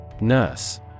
Nurse